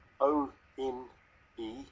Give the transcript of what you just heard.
O-N-E